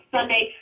Sunday